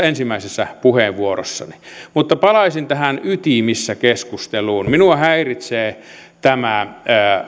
ensimmäisessä puheenvuorossani mutta palaisin tähän ytimissä keskusteluun minua häiritsee tämä